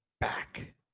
back